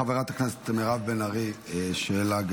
גם לחברת הכנסת מירב בן ארי יש שאלה,